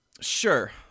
Sure